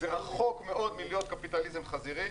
זה רחוק מאוד מלהיות קפיטליזם חזירי.